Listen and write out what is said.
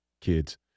kids